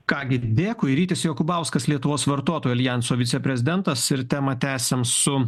ką gi dėkui rytis jokubauskas lietuvos vartotojų aljanso viceprezidentas ir temą tęsiam su